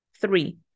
Three